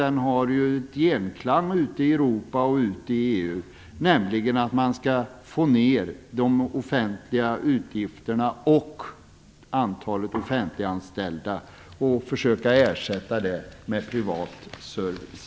Den har ju en genklang ute i Europa och ute i EU, nämligen att man skall få ner de offentliga utgifterna och antalet offentliganställda och försöka ersätta det med privat service.